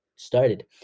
Started